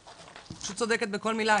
פשוט צודקת בכל מילה.